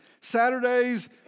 Saturdays